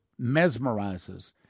mesmerizes